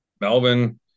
Melvin